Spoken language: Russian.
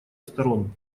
сторон